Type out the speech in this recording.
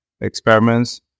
experiments